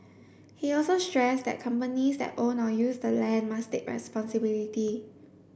he also stressed that companies that own or use the land must take responsibility